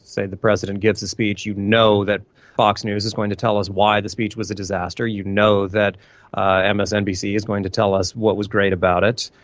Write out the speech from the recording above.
say the president gives a speech, you know that fox news is going to tell us why the speech was a disaster, you know that and msnbc is going to tell us what was great about it.